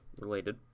related